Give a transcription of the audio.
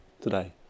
today